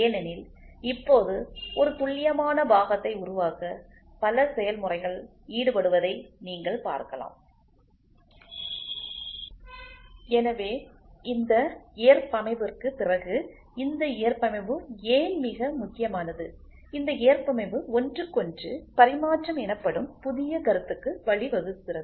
ஏனெனில் இப்போது ஒரு துல்லியமான பாகத்தை உருவாக்க பல செயல்முறைகள் ஈடுபடுவதை நீங்கள் பார்க்கலாம் எனவே இந்த ஏற்பமைவிற்கு பிறகு இந்த ஏற்பமைவு ஏன் மிக முக்கியமானது இந்த ஏற்பமைவு ஒன்றுக்கொன்று பரிமாற்றம் எனப்படும் புதிய கருத்துக்கு வழிவகுக்கிறது